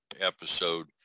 episode